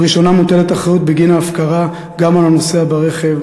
לראשונה מוטלת אחריות בגין ההפקרה גם על הנוסע ברכב,